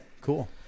cool